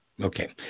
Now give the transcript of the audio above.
Okay